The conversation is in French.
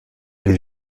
les